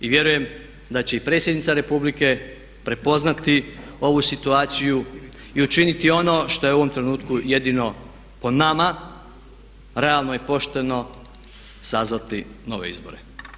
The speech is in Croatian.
I vjerujem da će i predsjednica Republike prepoznati ovu situaciju i učiniti ono što je u ovom trenutku jedino po nama realno i pošteno sazvati nove izbore.